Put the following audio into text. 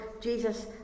Jesus